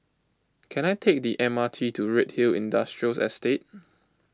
can I take the M R T to Redhill Industrial Estate